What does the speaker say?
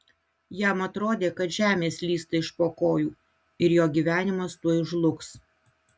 jam atrodė kad žemė slysta iš po kojų ir jo gyvenimas tuoj žlugs